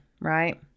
right